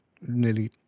nearly